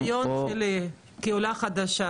מניסיון שלי כעולה חדשה,